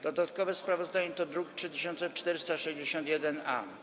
Dodatkowe sprawozdanie to druk nr 3461-A.